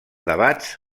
debats